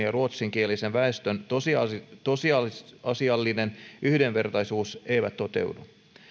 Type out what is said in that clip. ja ruotsinkielisen väestön tosiasiallinen tosiasiallinen yhdenvertaisuus eivät toteudu